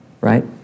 right